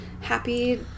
happy